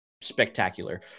spectacular